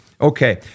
Okay